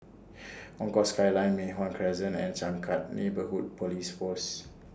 Concourse Skyline Mei Hwan Crescent and Changkat Neighbourhood Police Post